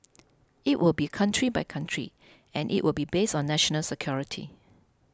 it will be country by country and it will be based on national security